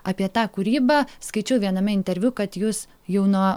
apie tą kūrybą skaičiau viename interviu kad jūs jau nuo